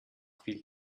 viel